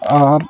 ᱟᱨ